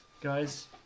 Guys